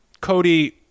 Cody